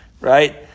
Right